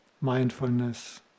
mindfulness